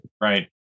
Right